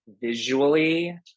visually